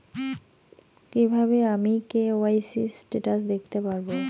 কিভাবে আমি KYC status দেখতে পারবো?